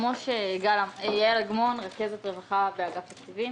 אני רכזת רווחה באגף התקציבים.